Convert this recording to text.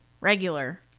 regular